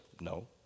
No